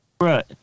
right